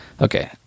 Okay